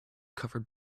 covered